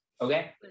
Okay